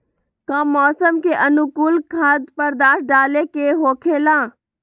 का मौसम के अनुकूल खाद्य पदार्थ डाले के होखेला?